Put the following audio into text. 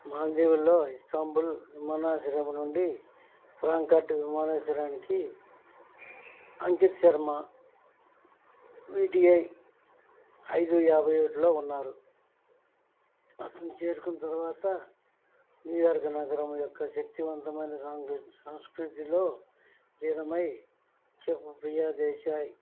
మాల్దీవుల్లో Istanbul విమానాశ్రయం నుండి ఫ్రాంకార్డ్ విమానాశ్రయానికి Ankit Sharma V T I ఐదు యాభై ఏడులో ఉన్నారు అతను చేరుకున్న తర్వాత న్యూయార్క్ నగరం యొక్క శక్తివంతమైన సంస్కృతి లీనమై చెఫ్ ప్రియా దేశాయ్